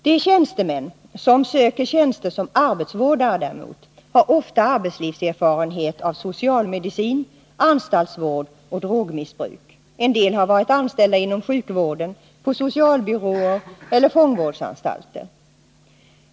De tjänstemän som söker tjänster som arbetsvårdare har däremot ofta arbetslivserfarenhet av socialmedicin, anstaltsvård och drogmissbruk. En del har varit anställda inom sjukvården, på socialbyråer eller fångvårdsanstalter.